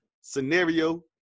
scenario